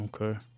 Okay